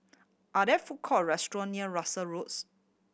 are there food court restaurant near Russel Roads